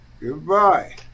Goodbye